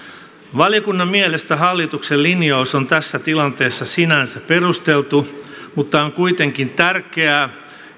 valiokunnan mielestä hallituksen linjaus on tässä tilanteessa sinänsä perusteltu mutta on kuitenkin tärkeää